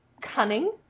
cunning